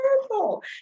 purple